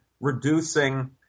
reducing